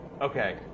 okay